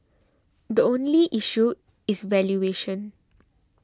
the only issue is valuation